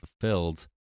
fulfilled